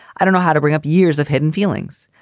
i don't know how to bring up years of hidden feelings.